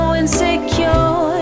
insecure